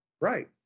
right